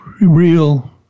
real